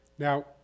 Now